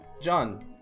John